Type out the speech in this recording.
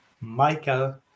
Michael